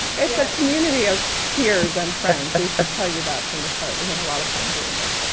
it's a community of peers and friends. but we should tell you that from the start. we have a lot of fun doing this.